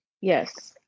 Yes